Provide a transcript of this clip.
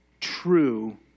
true